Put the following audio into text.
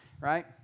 right